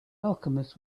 alchemist